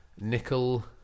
Nickel